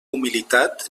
humilitat